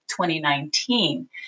2019